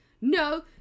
No